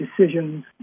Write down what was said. decisions